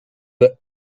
were